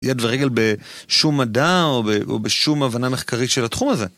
יד ורגל בשום מדע או בשום הבנה מחקרית של התחום הזה.